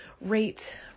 rate